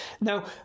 Now